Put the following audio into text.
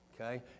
okay